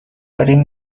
داریم